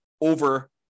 over